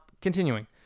continuing